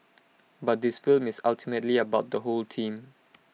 but this film is ultimately about the whole team